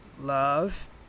Love